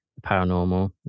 Paranormal